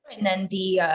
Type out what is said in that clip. and then the.